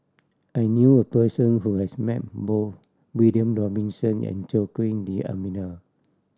I knew a person who has met both William Robinson and Joaquim D'Almeida